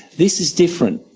this is different,